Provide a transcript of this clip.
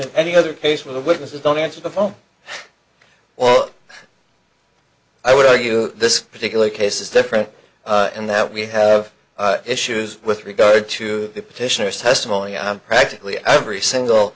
than any other case where the witnesses don't answer the phone or i would argue this particular case is different and that we have issues with regard to the petitioners testimony i'm practically every single